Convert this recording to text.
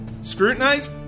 scrutinize